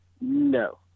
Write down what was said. No